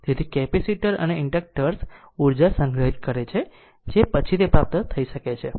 તેથી કેપેસિટર અને ઇન્ડક્ટર્સ ઉર્જા સંગ્રહિત કરે છે જે પછીથી પ્રાપ્ત થઈ શકે છે